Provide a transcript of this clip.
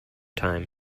time